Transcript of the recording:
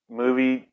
movie